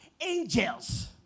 angels